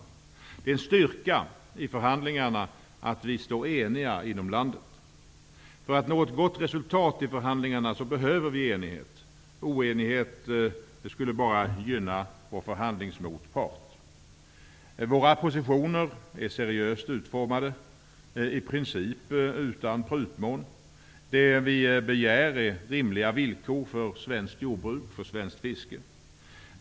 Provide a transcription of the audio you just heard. Det är en styrka i förhandlingarna att vi står eniga inom landet. För att nå ett gott resultat i förhandlingarna behöver vi enighet. Oenighet skulle bara gynna vår förhandlingsmotpart. Våra positioner är seriöst utformade, i princip utan prutmån. Det vi begär är rimliga villkor för svenskt jordbruk och svenskt fiske.